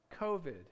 COVID